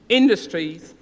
industries